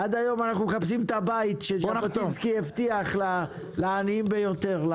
עד היום אנחנו מחפשים את הבית שז'בוטינסקי הבטיח לעניים ביותר,